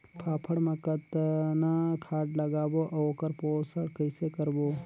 फाफण मा कतना खाद लगाबो अउ ओकर पोषण कइसे करबो?